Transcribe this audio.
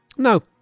No